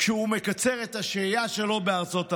כשהוא מקצר את השהייה שלו בארצות הברית.